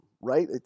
right